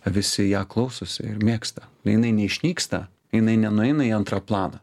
visi ją klausosi ir mėgsta nu jinai neišnyksta jinai nenueina į antrą planą